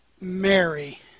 Mary